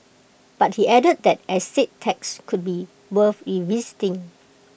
but he added that estate tax could be worth revisiting